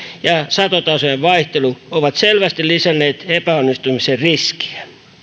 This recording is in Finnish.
ja ja satotasojen vaihtelu ovat selvästi lisänneet epäonnistumisen riskiä